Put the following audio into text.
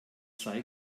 sei